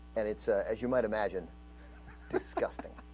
and it's a as you might imagine disgusting